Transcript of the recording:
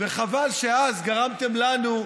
וחבל שאז גרמתם לנו,